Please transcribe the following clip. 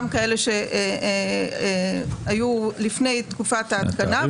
גם כאלה שהיו לפני תקופת ההתקנה,